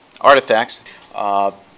artifacts